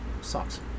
Sucks